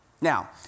Now